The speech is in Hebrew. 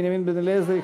בנימין בן-אליעזר,